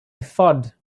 thud